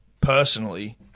personally